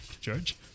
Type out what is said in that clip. George